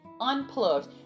Unplugged